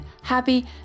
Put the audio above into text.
happy